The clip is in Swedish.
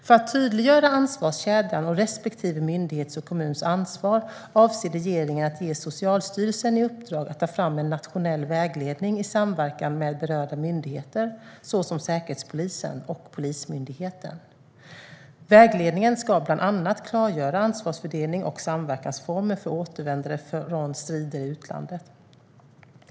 För att tydliggöra ansvarskedjan och respektive myndighets och kommuns ansvar avser regeringen att ge Socialstyrelsen i uppdrag att ta fram en nationell vägledning i samverkan med berörda myndigheter, såsom Säkerhetspolisen och Polismyndigheten. Vägledningen ska bland annat klargöra ansvarsfördelning och samverkansformer för återvändare från strider i utlandet.